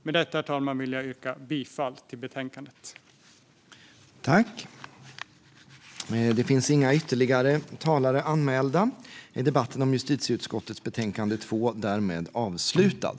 Med detta, herr talman, yrkar jag bifall till utskottets förslag.